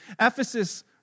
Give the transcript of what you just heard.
Ephesus